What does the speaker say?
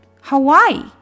Hawaii